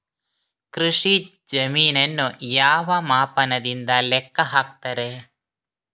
ಕೃಷಿ ಜಮೀನನ್ನು ಯಾವ ಮಾಪನದಿಂದ ಲೆಕ್ಕ ಹಾಕ್ತರೆ?